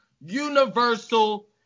universal